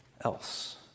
else